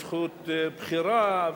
זכות בחירה,